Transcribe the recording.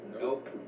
Nope